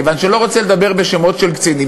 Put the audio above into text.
כיוון שאני לא רוצה לדבר בשמות של קצינים,